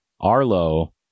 Arlo